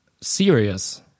serious